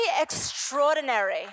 extraordinary